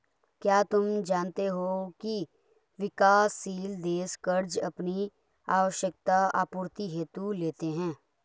क्या तुम जानते हो की विकासशील देश कर्ज़ अपनी आवश्यकता आपूर्ति हेतु लेते हैं?